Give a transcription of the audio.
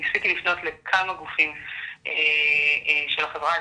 ניסיתי לפנות לכמה גופים של החברה האזרחית,